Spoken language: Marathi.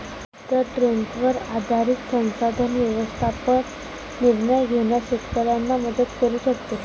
सिद्ध ट्रेंडवर आधारित संसाधन व्यवस्थापन निर्णय घेण्यास शेतकऱ्यांना मदत करू शकते